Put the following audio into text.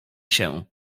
się